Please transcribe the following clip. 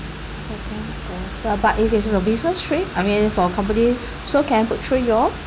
second of but if it's a business trip I mean for company so can I book through you all